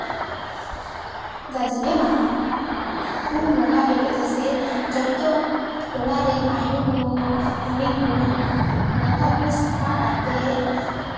ᱡᱟᱡᱞᱮ ᱢᱟᱦᱟ ᱩᱢ ᱵᱚᱸᱜᱟ ᱦᱤᱞᱳ ᱫᱚ ᱥᱮ ᱡᱚᱛᱚ ᱴᱚᱞᱟ ᱨᱮᱱ ᱟᱭᱳ ᱠᱚ ᱠᱩᱲᱤ ᱠᱚ ᱵᱚᱦᱚᱜ ᱠᱚ ᱥᱟᱯᱷᱟ ᱠᱟᱛᱮᱫ